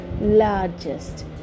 largest